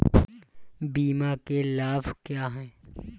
बीमा के लाभ क्या हैं?